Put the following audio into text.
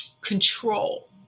control